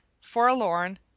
FORLORN